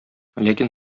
ләкин